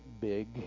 big